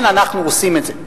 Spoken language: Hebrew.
כן, אנחנו עושים את זה.